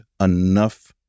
enough